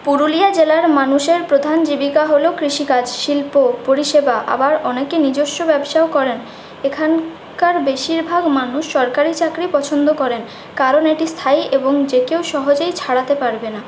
পুরুলিয়া জেলার মানুষের প্রধান জীবিকা হল কৃষিকাজ শিল্প পরিষেবা আবার অনেকে নিজস্ব ব্যবসাও করেন এখানকার বেশিরভাগ মানুষ সরকারি চাকরি পছন্দ করেন কারণ এটি স্থায়ী এবং যে কেউ সহজেই ছাড়াতে পারবে না